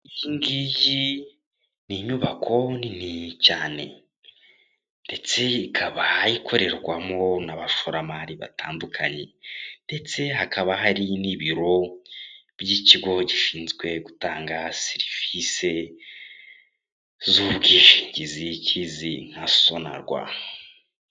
Iyi ngiyi ni inyubako nini cyane, ndetse ikaba ikorerwamo n'abashoramari batandukanye. Netse hakaba hari n'ibiro by'ikigo gishizwe gutanga serivise z'ubwishingizi kizwi nka sonarwa.